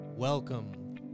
Welcome